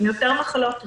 עם יותר מחלות רקע,